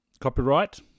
Copyright